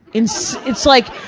insane. it's like,